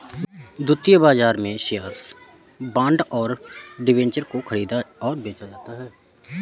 द्वितीयक बाजार में शेअर्स, बॉन्ड और डिबेंचर को ख़रीदा और बेचा जाता है